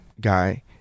guy